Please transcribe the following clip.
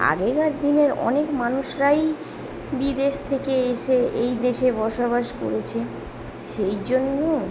আগেকার দিনের অনেক মানুষরাই বিদেশ থেকে এসে এই দেশে বসবাস করেছে সেই জন্য